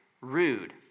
rude